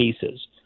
cases